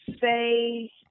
say